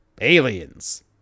Aliens